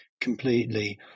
completely